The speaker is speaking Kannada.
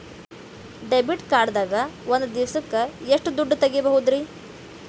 ಡೆಬಿಟ್ ಕಾರ್ಡ್ ದಾಗ ಒಂದ್ ದಿವಸಕ್ಕ ಎಷ್ಟು ದುಡ್ಡ ತೆಗಿಬಹುದ್ರಿ?